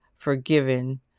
forgiven